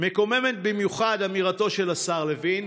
מקוממת במיוחד אמירתו של השר לוין,